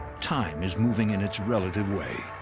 time is moving in its relative way.